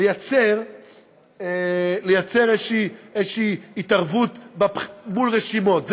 ליצור איזושהי התערבות מול רשימות,